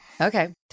Okay